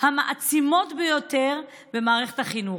המעצימות ביותר במערכת החינוך.